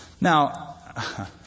Now